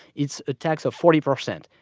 it's a tax of forty percent.